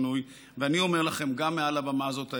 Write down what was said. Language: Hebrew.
אני אומר לכם, גם מעל הבמה הזאת הערב,